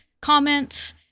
comments